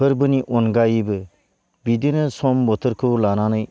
फोरबोनि अनगायैबो बिदिनो सम बोथोरखौ लानानै